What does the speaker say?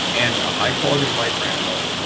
and a high quality of life for animals,